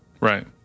Right